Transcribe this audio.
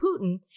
Putin